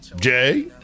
Jay